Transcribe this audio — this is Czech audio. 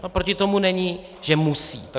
Oproti tomu není, že musí.